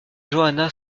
johanna